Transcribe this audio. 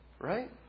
Right